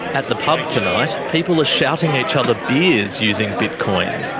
at the pub tonight, people are shouting each other beers using bitcoin.